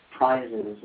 prizes